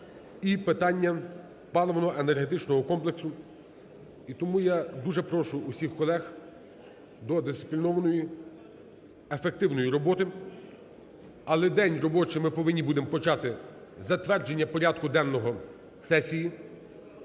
і питання паливно-енергетичного комплексу. І тому я дуже прошу усіх колег до дисциплінованої ефективної роботи, але день робочий ми повинні будемо почати з затвердження порядку денного сесії.